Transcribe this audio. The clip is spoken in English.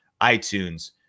iTunes